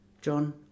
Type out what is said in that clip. John